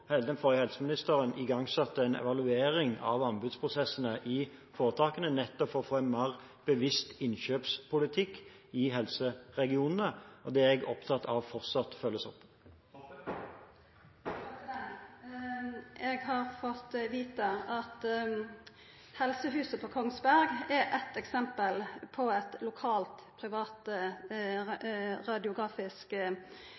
den forrige helseministeren igangsatte en evaluering av anbudsprosessene i foretakene, nettopp for å få en mer bevisst innkjøpspolitikk i helseregionene. Det er jeg opptatt av fortsatt følges opp. Eg har fått vita at Helsehuset Kongsberg er eitt eksempel på eit lokalt privat